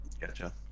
Gotcha